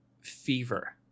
fever